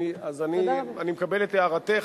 אז אני מקבל את הערתך,